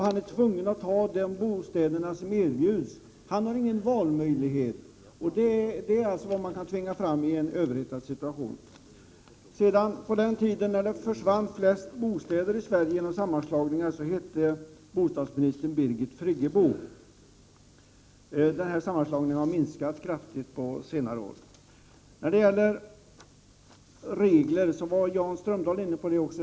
Han är tvungen att ta den bostad som erbjuds, han har ingen valmöjlighet. Detta är alltså vad man kan tvinga fram i en överhettad situation. På den tiden när det försvann flest bostäder i Sverige genom sammanslagningar, hette bostadsministern Birgit Friggebo. Dessa sammanslagningar har minskat kraftigt på senare år. Jan Strömdahl var också inne på frågan om regler.